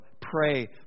Pray